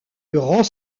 grand